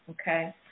okay